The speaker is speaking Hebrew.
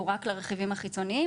והוא רק לרכיבים החיצוניים.